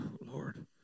Lord